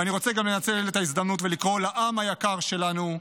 אני רוצה גם לנצל את ההזדמנות ולקרוא לעם היקר שלנו: